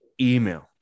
Email